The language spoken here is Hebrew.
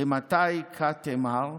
"אימתי קאתי מר?"